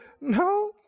No